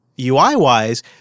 UI-wise